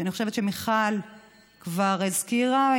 שאני חושבת שמיכל כבר הזכירה.